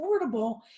affordable